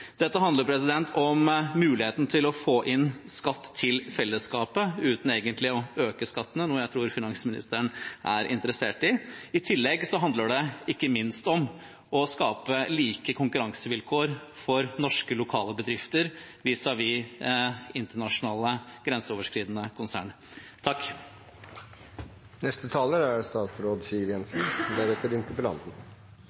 Dette handler om muligheten til å få inn skatt til fellesskapet uten egentlig å øke skattene – noe jeg tror finansministeren er interessert i. I tillegg handler det ikke minst om å skape like konkurransevilkår for norske lokale bedrifter vis-à-vis internasjonale, grenseoverskridende